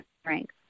strength